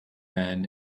man